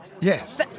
Yes